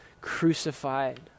crucified